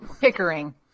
Pickering